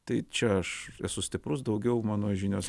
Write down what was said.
tai čia aš esu stiprus daugiau mano žinios